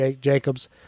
Jacobs